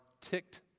ticked